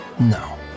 No